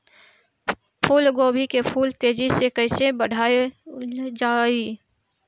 फूल गोभी के फूल तेजी से कइसे बढ़ावल जाई?